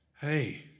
Hey